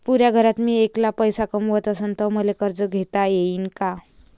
पुऱ्या घरात मी ऐकला पैसे कमवत असन तर मले कर्ज घेता येईन का?